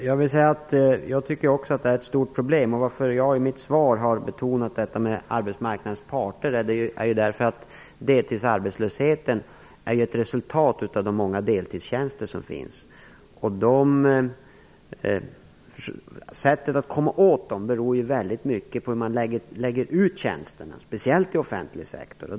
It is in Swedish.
Herr talman! Jag tycker också att detta är ett stort problem. Anledningen till att jag i mitt svar har betonat arbetsmarknadens parters roll är att deltidsarbetslösheten är ett resultat av de många deltidstjänster som finns. Det beror mycket på hur man lägger ut tjänsterna, speciellt i offentlig sektor.